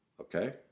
Okay